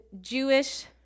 Jewish